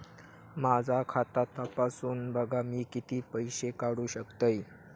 माझा खाता तपासून बघा मी किती पैशे काढू शकतय?